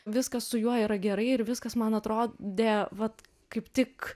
viskas su juo yra gerai ir viskas man atrodė vat kaip tik